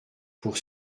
pour